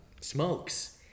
Smokes